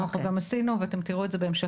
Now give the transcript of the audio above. אנחנו גם עשינו ואתם תראו את זה בהמשך